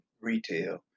retail